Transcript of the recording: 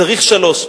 צריך שלושה.